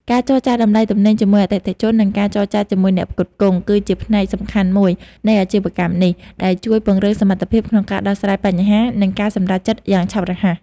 ការចរចាតម្លៃទំនិញជាមួយអតិថិជន និងការចរចាជាមួយអ្នកផ្គត់ផ្គង់ គឺជាផ្នែកសំខាន់មួយនៃអាជីវកម្មនេះ ដែលជួយពង្រឹងសមត្ថភាពក្នុងការដោះស្រាយបញ្ហា និងការសម្រេចចិត្តយ៉ាងឆាប់រហ័ស។